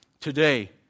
Today